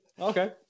Okay